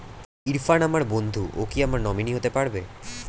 ইরফান আমার বন্ধু ও কি আমার নমিনি হতে পারবে?